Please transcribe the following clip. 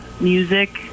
Music